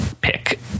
pick